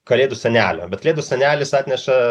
kalėdų senelio bet kalėdu senelis atneša